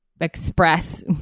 express